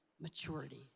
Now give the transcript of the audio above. maturity